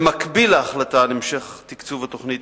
במקביל להחלטה על המשך תקצוב התוכנית